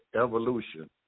Evolution